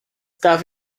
darf